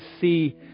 see